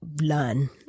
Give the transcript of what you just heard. learn